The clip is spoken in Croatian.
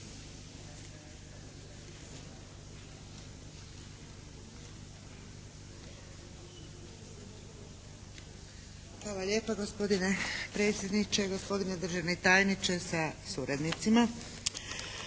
Hvala lijepa gospodine predsjedniče, gospodine državni tajniče sa suradnicima.